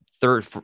third